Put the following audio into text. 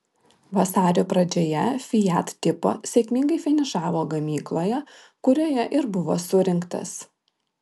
vasario pradžioje fiat tipo sėkmingai finišavo gamykloje kurioje ir buvo surinktas